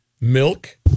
milk